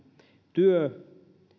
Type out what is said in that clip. työ